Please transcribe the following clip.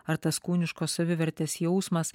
ar tas kūniškos savivertės jausmas